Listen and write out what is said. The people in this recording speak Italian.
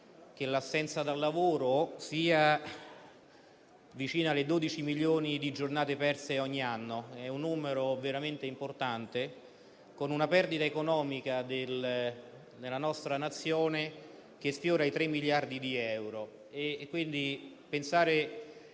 che l'assenza dal lavoro si avvicini a 12 milioni di giornate perse ogni anno - un numero veramente importante - con una perdita economica che nella nostra Nazione sfiora i 3 miliardi di euro.